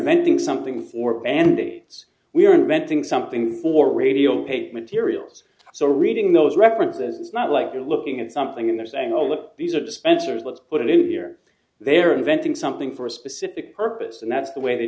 inventing something for andy we are inventing something for radio paid materials so reading those references is not like you're looking at something and they're saying oh look these are dispensers let's put it in here they're inventing something for a specific purpose and that's the way they